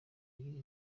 y’iri